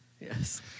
Yes